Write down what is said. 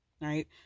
right